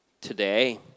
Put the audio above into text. today